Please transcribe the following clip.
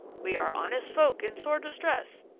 we are honest folk in sore distress.